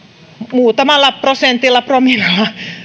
muutamalla prosentilla promillella